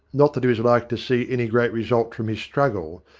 not that he was like to see any great result from his struggle,